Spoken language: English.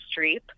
Streep